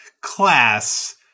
class